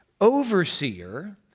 overseer